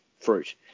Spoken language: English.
fruit